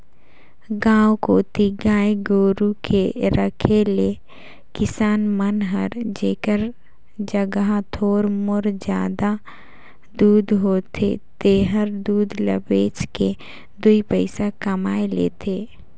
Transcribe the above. गांव कोती गाय गोरु के रखे ले किसान मन हर जेखर जघा थोर मोर जादा दूद होथे तेहर दूद ल बेच के दुइ पइसा कमाए लेथे